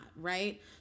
right